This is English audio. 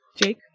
Jake